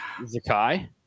Zakai